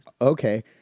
Okay